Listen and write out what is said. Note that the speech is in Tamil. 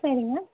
சரிங்க